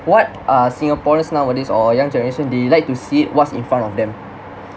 what uh singaporeans nowadays or young generation they like to see what's in front of them